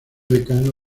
decano